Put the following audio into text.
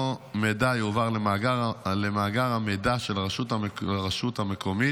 אותו מידע יועבר למאגר המידע של הרשות המקומית